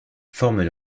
forment